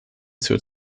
zur